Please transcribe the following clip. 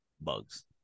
bugs